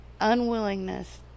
unwillingness